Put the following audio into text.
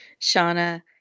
Shauna